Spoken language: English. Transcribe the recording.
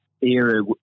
era